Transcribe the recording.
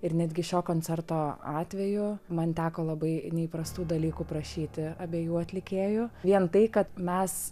ir netgi šio koncerto atveju man teko labai neįprastų dalykų prašyti abiejų atlikėjų vien tai kad mes